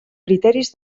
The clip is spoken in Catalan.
criteris